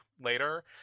later